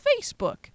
FACEBOOK